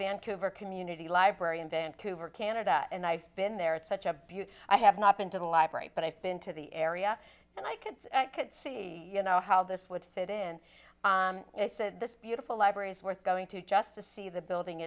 vancouver community library in vancouver canada and i've been there it's such a beaut i have not been to the library but i've been to the area and i could see you know how this would fit in this beautiful library is worth going to just to see the building